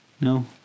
No